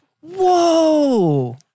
Whoa